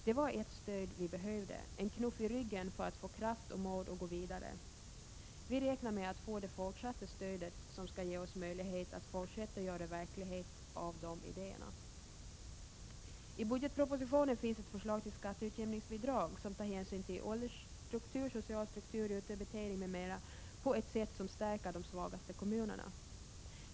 Det var ett stöd vi behövde, en knuff i ryggen för att få kraft och mod att gå vidare. Vi räknar med att få det fortsatta stödet, som skall ge oss möjlighet att fortsätta göra verklighet av de idéerna. I budgetpropositionen finns ett förslag till skatteutjämningsbidrag som tar hänsyn till åldersstruktur, social struktur, utdebitering m.m. på ett sätt som stärker de svagaste kommunerna.